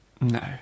No